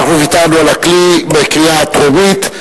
אנחנו ויתרנו על הכלי בקריאה הטרומית,